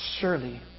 Surely